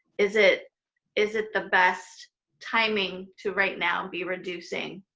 is it is it the best timing to right now be reducing,